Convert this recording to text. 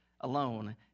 alone